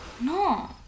No